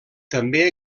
també